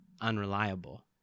unreliable